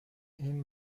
این